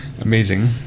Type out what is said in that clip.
amazing